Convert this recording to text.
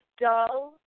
dull